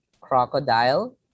crocodile